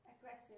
Aggressive